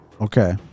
Okay